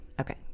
okay